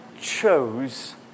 chose